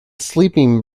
sleeping